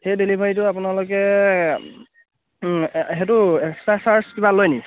সেই ডেলিভাৰীটো আপোনালোকে সেইটো এক্সট্ৰা চাৰ্জ কিবা লয়নি